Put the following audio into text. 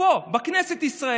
אני לא נגד הביקורת,